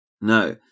Now